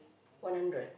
one hundred